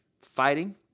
fighting